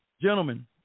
Gentlemen